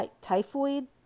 typhoid